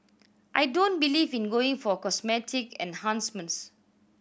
I don't believe in going for cosmetic enhancements